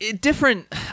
different